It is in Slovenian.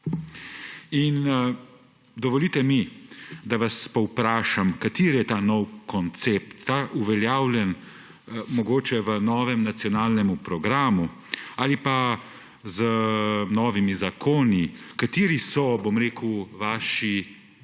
Dovolite mi, da vas povprašam, kateri je ta novi koncept, je ta uveljavljen mogoče v novem nacionalnemu programu ali pa z novimi zakoni? Kateri so vaši